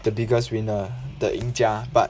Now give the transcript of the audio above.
the biggest winner the 赢家 but